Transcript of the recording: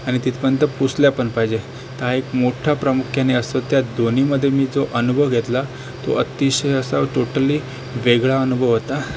आणि तिथपर्यंत पोचल्या पण पाहिजे तर हा एक मोठ्ठा प्रामुख्याने असतो त्यात दोन्हीमध्ये मी जो अनुभव घेतला तो अतिशय असा टोटली वेगळा अनुभव होता